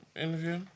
interview